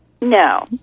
No